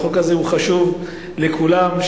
החוק הזה חשוב לכולם,